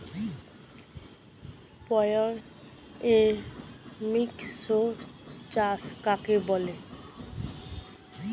পর্যায়ক্রমিক শস্য চাষ কাকে বলে?